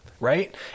Right